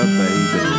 baby